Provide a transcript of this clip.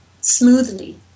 smoothly